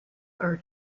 are